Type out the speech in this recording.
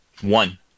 one